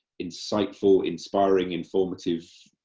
insightful, inspiring, informative,